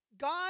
God